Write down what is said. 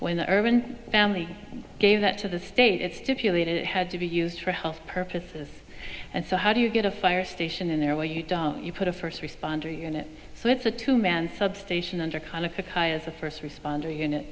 when the urban family gave that to the state stipulated it had to be used for health purposes and so how do you get a fire station in there where you don't you put a first responder unit so it's a two man substation under kind of a first responder unit